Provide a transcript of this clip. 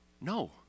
No